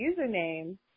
username